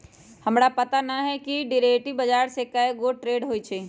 हमरा पता न हए कि डेरिवेटिव बजार में कै गो ट्रेड होई छई